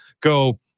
go